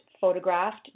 photographed